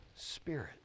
spirit